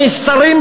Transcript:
במסתרים,